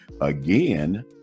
Again